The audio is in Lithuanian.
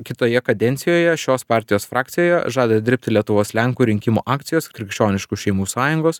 kitoje kadencijoje šios partijos frakcijoje žada dirbti lietuvos lenkų rinkimų akcijos krikščioniškų šeimų sąjungos